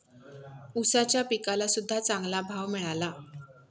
ऊसाच्या पिकाला सद्ध्या चांगला भाव मिळाला